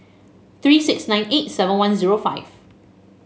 three six nine eight seven one zero five